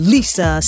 Lisa